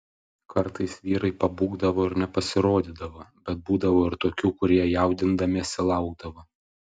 kartais vyrai pabūgdavo ir nepasirodydavo bet būdavo ir tokių kurie jaudindamiesi laukdavo